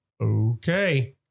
okay